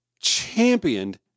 championed